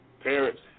Parents